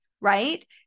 right